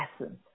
Essence